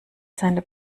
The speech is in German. seine